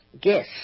guess